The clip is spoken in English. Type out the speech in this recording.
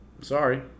sorry